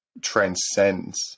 transcends